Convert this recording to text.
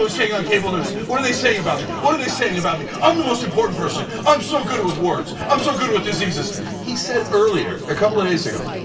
saying on cable news? what are they saying about me? what are they saying about me? i'm the most important person, i'm so good with words, i'm so good with diseases. he said earlier, a couple of days ago,